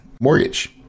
mortgage